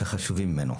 וחשובים ממנו.